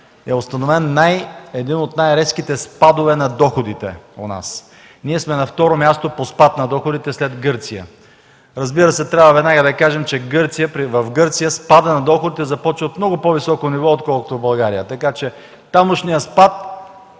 е установен един от най-резките спадове на доходите у нас. Ние сме на второ място по спад на доходите след Гърция. Разбира се, веднага трябва да кажем, че в Гърция спадът на доходите започна от много по-високо ниво, отколкото в България, така че тамошният спад